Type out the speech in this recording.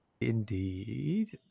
indeed